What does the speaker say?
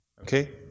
Okay